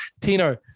Tino